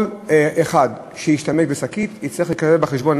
כל אחד שישתמש בשקית יצטרך להיכלל בחשבון,